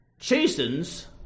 chastens